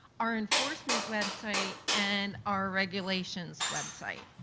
our enforcement website and our regulations website.